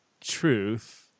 truth